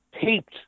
taped